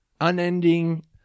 unending